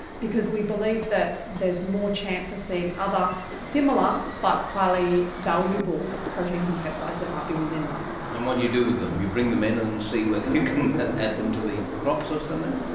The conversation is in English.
because we believe that there is more chance of seeing other similar but highly valuable proteins and peptides that might be within those. and um what do you do with them? you bring them in and see whether you can add them to the crops or something?